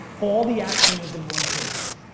all the action is in one place.